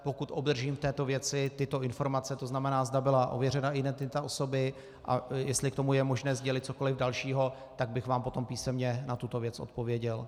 Pokud obdržím v této věci tyto informace, tzn. zda byla ověřena identita osoby a jestli k tomu je možné sdělit cokoli dalšího, tak bych vám potom písemně na tuto věc odpověděl.